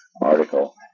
article